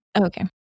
Okay